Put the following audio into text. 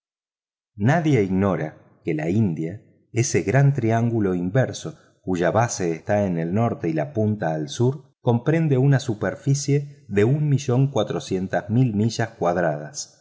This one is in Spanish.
nadie ignora que la india ese gran triángulo inverso cuya base está en el norte y la punta al sur comprende una superficie de un millón cuatrocientas mil millas cuadradas